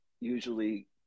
usually